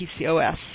PCOS